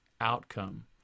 outcome